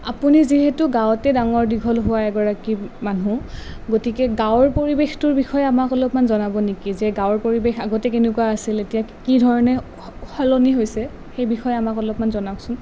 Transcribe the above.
আপুনি যিহেতু গাঁৱতে ডাঙৰ দীঘল হোৱা এগৰাকী মানুহ গতিকে গাঁৱৰ পৰিৱেশটোৰ বিষয়ে আমাক অলপমান জনাব নেকি যে গাঁৱৰ পৰিৱেশ আগতে কেনেকুৱা আছিল এতিয়া কি ধৰণে সলনি হৈছে সেই বিষয়ে আমাক অলপমান জনাওকচোন